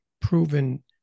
proven